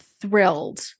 thrilled